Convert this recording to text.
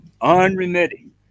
Unremitting